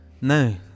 No